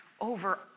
over